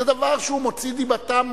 זה דבר שמוציא דיבתם,